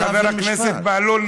חבר הכנסת בהלול,